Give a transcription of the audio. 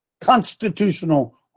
constitutional